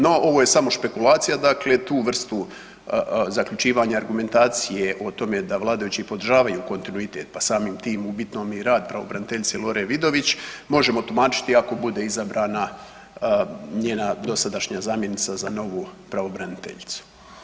No, ovo je samo špekulacija, dakle tu vrstu zaključivanja argumentacije o tome da vladajući podržavaju kontinuitet pa samim tim u bitnom i rad pravobraniteljice Lore Vidović možemo tumačiti ako bude izabrana njega dosadašnja zamjenica za novu pravobraniteljicu.